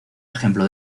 ejemplo